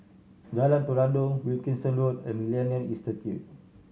Jalan Peradun Wilkinson Road and Millennia Institute